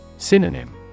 Synonym